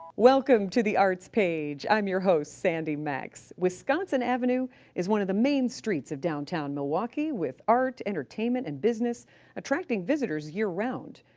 welcome to the arts page. i'm your host, sandy maxx. wisconsin avenue is one of the main streets of downtown milwaukee, with art, entertainment, and business attracting visitors year-round.